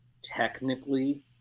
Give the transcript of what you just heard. technically